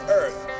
earth